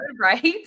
right